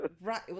Right